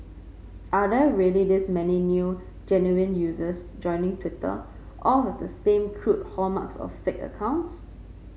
are there really this many new genuine users joining Twitter all with the same crude hallmarks of fake accounts